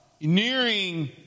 nearing